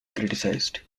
criticized